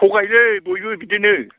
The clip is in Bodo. थगायोलै बयबो बिदिनो